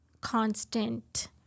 constant